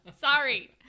sorry